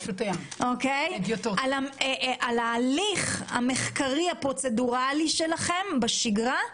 על ההליך המחקרי הפרוצדורלי שלכם בשגרה,